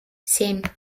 семь